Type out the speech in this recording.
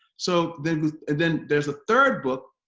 so then then there's a third book